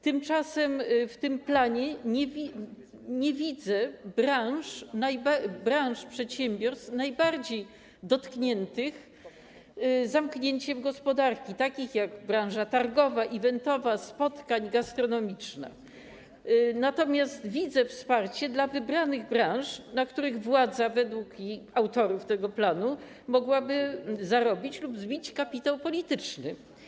Tymczasem w tym planie nie widzę branż, przedsiębiorstw najbardziej dotkniętych zamknięciem gospodarki, takich jak branża targowa, eventowa, spotkań, gastronomiczna, natomiast widzę wsparcie dla wybranych branż, na których władza według autorów tego planu mogłaby zarobić lub zbić kapitał polityczny.